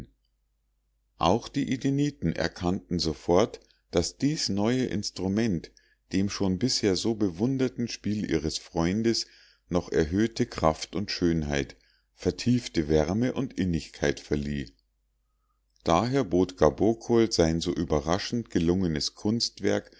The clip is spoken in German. auch die edeniten erkannten sofort daß dies neue instrument dem schon bisher so bewunderten spiel ihres freundes noch erhöhte kraft und schönheit vertiefte wärme und innigkeit verlieh daher bot gabokol sein so überraschend gelungenes kunstwerk